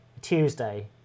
Tuesday